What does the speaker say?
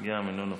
גם אינו נוכח,